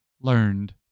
learned